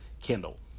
kindle